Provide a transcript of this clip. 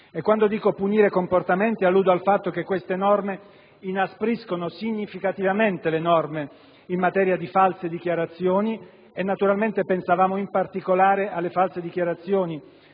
Quando dico "punire i comportamenti" alludo al fatto che queste disposizioni inaspriscono significativamente le norme in materia di false dichiarazioni. Naturalmente pensavamo in particolare alle false dichiarazioni